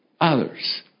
others